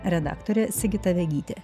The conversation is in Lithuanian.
redaktorė sigita vegytė